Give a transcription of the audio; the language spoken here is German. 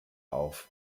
auf